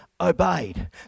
obeyed